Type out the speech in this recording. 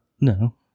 No